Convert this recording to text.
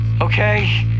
okay